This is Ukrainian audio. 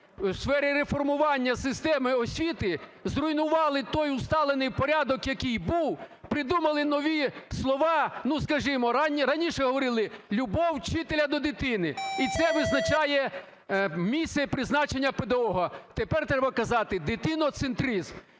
в сфері реформування системи освіти, зруйнували той усталений порядок, який був, придумали нові слова, ну, скажімо, раніше говорили: "Любов вчителя до дитини, і це визначає місце і призначення педагога", тепер треба казати "дитиноцентризм".